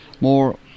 More